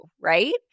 right